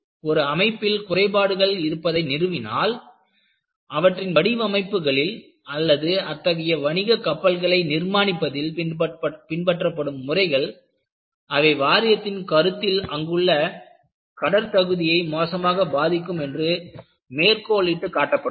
ஒரு அமைப்பில் குறைபாடுகள் இருப்பதை நிறுவினால் அவற்றின் வடிவமைப்புகளில் அல்லது அத்தகைய வணிகக் கப்பல்களை நிர்மாணிப்பதில் பின்பற்றப்படும் முறைகள் அவை வாரியத்தின் கருத்தில் அங்குள்ள கடல் தகுதியை மோசமாக பாதிக்கும் என்று மேற்கோளிட்டு காட்டப்பட்டது